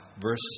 verse